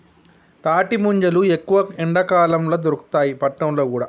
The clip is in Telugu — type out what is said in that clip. తాటి ముంజలు ఎక్కువ ఎండాకాలం ల దొరుకుతాయి పట్నంల కూడా